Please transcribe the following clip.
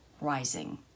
rising